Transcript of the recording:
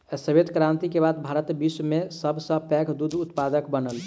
श्वेत क्रांति के बाद भारत विश्व में सब सॅ पैघ दूध उत्पादक बनल